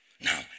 Now